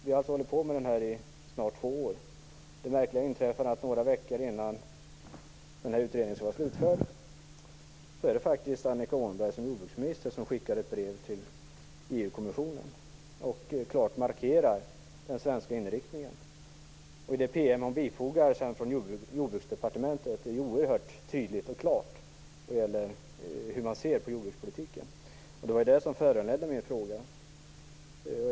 Vi har arbetat med den i snart två år, och det märkliga har inträffat att några veckor innan utredningen skulle vara slutförd skickade jordbruksminister Annika Åhnberg ett brev till EU-kommissionen, där hon klart markerade den svenska inriktningen. Av det PM som man bifogar från Jordbruksdepartementet framgår oerhört klart hur man ser på jordbrukspolitiken. Det var detta som föranledde min fråga.